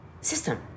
system